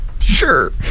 Sure